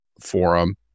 Forum